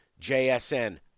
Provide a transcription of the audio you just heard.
JSN